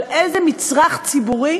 על איזה מצרך ציבורי